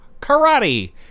Karate